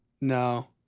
No